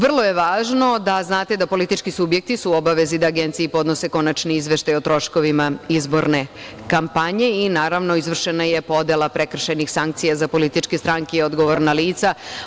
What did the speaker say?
Vrlo je važno da znate da politički subjekti su u obavezi da Agenciji podnose konačan izveštaj o troškovima izborne kampanje i naravno izvršena je podela prekršajnih sankcija za političke stranke i odgovorna lica.